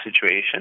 situation